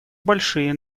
большие